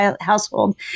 household